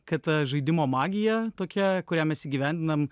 kad žaidimo magija tokia kurią mes įgyvendinam